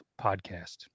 Podcast